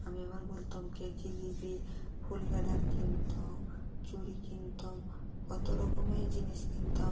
আমি আবার বলতাম কে কী নিবি ফুল গার্ডার কিনতম চুড়ি কিনতম কতো রকমের জিনিস কিনতাম